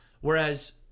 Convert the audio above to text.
Whereas